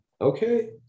okay